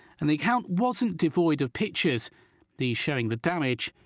and the account wasn't devoid of pictures these showing the damage.